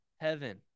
heaven